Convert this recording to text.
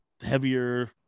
heavier